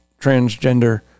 transgender